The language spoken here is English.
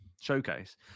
showcase